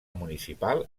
municipal